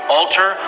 alter